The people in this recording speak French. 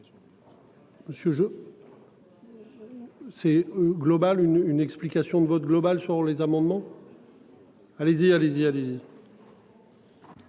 Monsieur Jo. C'est Global une une explication de vote global sur les amendements. Allez-y, allez-y, allez-y.